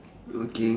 okay